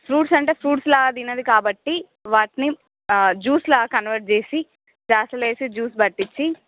fruits అంటే ఫ్రూట్స్లా తినదు కాబట్టి వాటిని జ్యూస్లా కన్వెర్ట్ చేసి గ్లాసులో వేసి జ్యూస్ పట్టించి